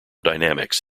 dynamics